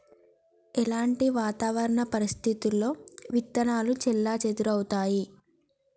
ఎలాంటి వాతావరణ పరిస్థితుల్లో విత్తనాలు చెల్లాచెదరవుతయీ?